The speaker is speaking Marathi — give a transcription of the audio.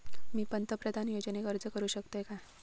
मी पंतप्रधान योजनेक अर्ज करू शकतय काय?